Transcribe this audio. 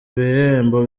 bihembo